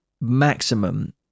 maximum